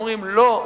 אומרים: לא,